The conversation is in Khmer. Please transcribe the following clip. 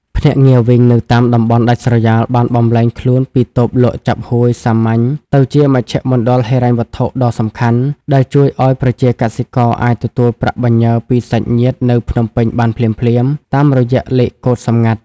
ភ្នាក់ងារ វីង នៅតាមតំបន់ដាច់ស្រយាលបានបំប្លែងខ្លួនពីតូបលក់ចាប់ហួយសាមញ្ញ ទៅជាមជ្ឈមណ្ឌលហិរញ្ញវត្ថុដ៏សំខាន់ ដែលជួយឱ្យប្រជាកសិករអាចទទួលប្រាក់បញ្ញើពីសាច់ញាតិនៅភ្នំពេញបានភ្លាមៗតាមរយៈលេខកូដសម្ងាត់។